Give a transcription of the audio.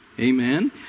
Amen